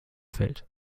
fällt